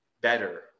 better